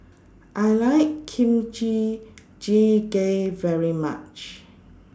I like Kimchi Jjigae very much